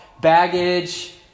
baggage